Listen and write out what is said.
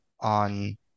on